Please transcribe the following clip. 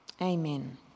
Amen